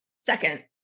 second